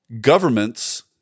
governments